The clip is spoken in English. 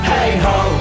Hey-ho